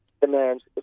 demands